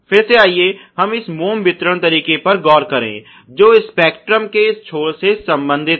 फिर से आइए हम इस मोम वितरण तरीके पर गौर करें जो स्पेक्ट्रम के इस छोर से संबंधित है